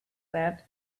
that